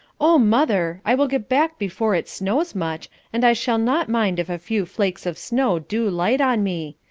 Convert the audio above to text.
oh, mother, i will get back before it snows much, and i shall not mind if a few flakes of snow do light on me.